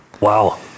Wow